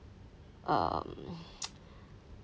um